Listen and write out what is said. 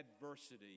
adversity